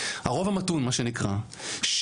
הרוב המתון מה שנקרא,